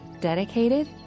Dedicated